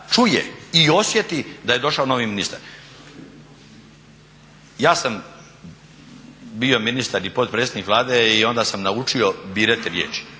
čuje i osjeti da je došao novi ministar. Ja sam bio ministar i potpredsjednik Vlade i onda sam naučio birati riječi.